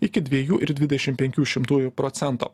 iki dviejų ir dvidešim penkių šimtųjų procento